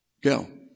Go